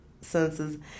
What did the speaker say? senses